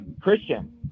Christian